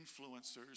influencers